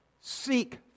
Seek